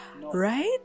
Right